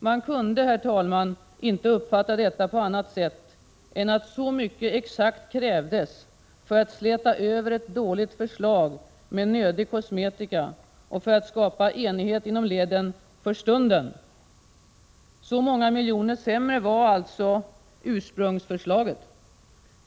Man kunde, herr talman, inte uppfatta detta på annat sätt än att exakt så mycket krävdes för att släta över ett dåligt förslag med nödig kosmetika och för att skapa enighet inom leden — för stunden. Så många miljoner sämre var alltså ursprungsförslaget.